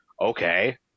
okay